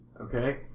Okay